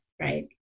right